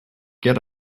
get